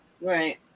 Right